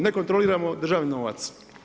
Ne kontroliramo državni novac.